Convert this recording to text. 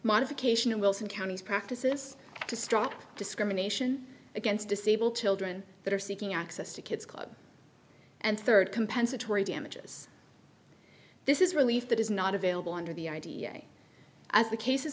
modification of wilson county's practice is to stop discrimination against disabled children that are seeking access to kids club and third compensatory damages this is relief that is not available under the idea as the cases